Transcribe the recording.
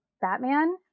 Batman